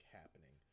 happening